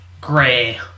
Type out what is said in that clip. gray